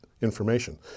information